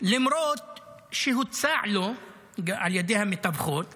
למרות שהוצעה לו על ידי המתווכות,